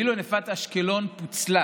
ואילו נפת אשקלון פוצלה